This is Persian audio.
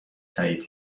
تأیید